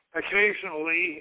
occasionally